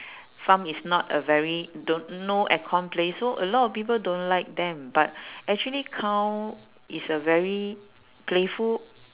farm is not a very don't no air con place so a lot of people don't like them but actually cow is a very playful